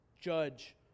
judge